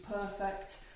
perfect